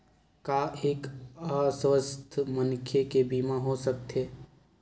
का एक अस्वस्थ मनखे के बीमा हो सकथे?